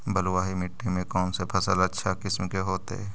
बलुआही मिट्टी में कौन से फसल अच्छा किस्म के होतै?